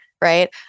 right